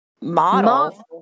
model